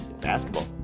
Basketball